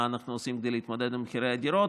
מה אנחנו עושים כדי להתמודד עם מחירי הדירות.